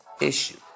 issue